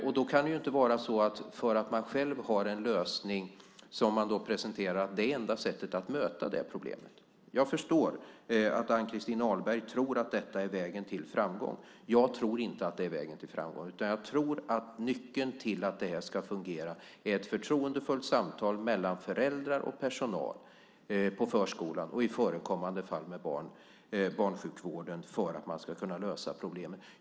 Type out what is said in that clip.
Men bara för att man själv har en lösning som man presenterar behöver det inte vara det enda sättet att möta detta problem. Jag förstår att Ann-Christin Ahlberg tror att detta är vägen till framgång. Jag tror inte att det är vägen till framgång, utan jag tror att nyckeln till att detta ska fungera är att det förs förtroendefulla samtal mellan föräldrar och personal på förskolan och i förekommande fall med barnsjukvården för att man ska kunna lösa problemen.